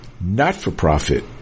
not-for-profit